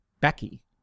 Becky